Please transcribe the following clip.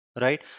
Right